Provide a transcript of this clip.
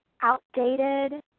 outdated